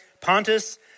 Pontus